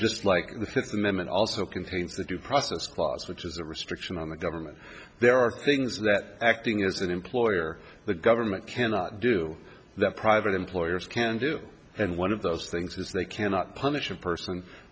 amendment also contains the due process clause which is a restriction on the government there are things that acting as an employer the government cannot do that private employers can do and one of those things is they cannot punish a person